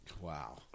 Wow